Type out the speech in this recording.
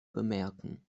bemerken